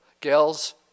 Gals